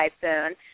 typhoon